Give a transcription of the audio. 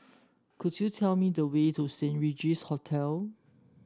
could you tell me the way to Saint Regis Hotel